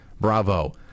Bravo